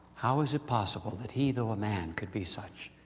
how is it possible that he, though a man, could be such?